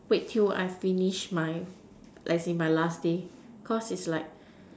wait till I finish my as in my last day cause it's like